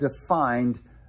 defined